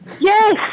Yes